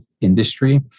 industry